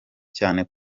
cyane